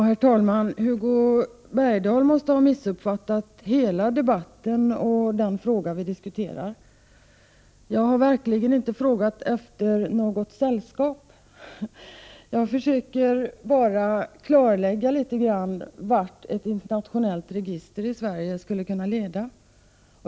Herr talman! Hugo Bergdahl måste ha missuppfattat hela debatten och den fråga vi diskuterar. Jag har verkligen inte frågat efter något sällskap. Jag försöker bara klarlägga vart ett internationellt register i Sverige skulle kunna leda.